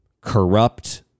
corrupt